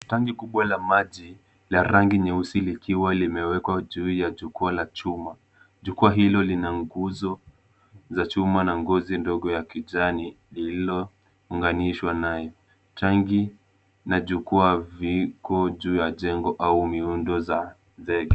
Tanki kubwa la maji la rangi nyeusi likiwa limewekwa juu ya jukwaa la chuma. Jukwaa hilo lina nguzo za chuma na ngozi ndogo ya kijani lililounganishwa nayo. Tanki na jukwaa viko juu ya jengo au miundo za zege.